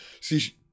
See